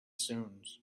stones